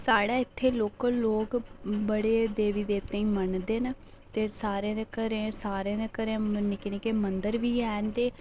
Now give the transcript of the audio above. साढ़े इत्थै लोकल लोग बड़े देवी देवतें गी मनदे न ते सारें दे घरें निक्के निक्के मदंर बी हैन ते